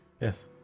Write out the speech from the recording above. Yes